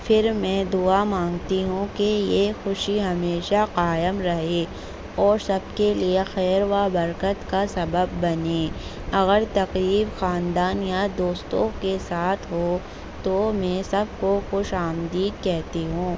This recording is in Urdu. پھر میں دعا مانگتی ہوں کہ یہ خوشی ہمیشہ قائم رہے اور سب کے لیے خیر و برکت کا سبب بنے اگر تقریب خاندان یا دوستوں کے ساتھ ہو تو میں سب کو خوش آمدید کہتی ہوں